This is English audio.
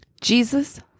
Jesus